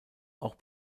auch